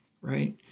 right